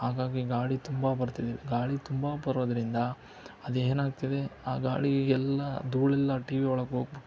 ಹಾಗಾಗಿ ಗಾಳಿ ತುಂಬ ಬರ್ತಿದೆ ಗಾಳಿ ತುಂಬ ಬರೋದರಿಂದ ಅದೇನಾಗ್ತಿದೆ ಆ ಗಾಳಿಗೆ ಎಲ್ಲ ಧೂಳೆಲ್ಲ ಟಿ ವಿ ಒಳಗೆ ಹೋಗ್ಬಿಟ್ಟು